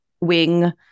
wing